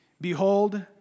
behold